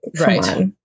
Right